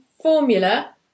formula